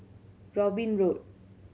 Robin Road